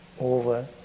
over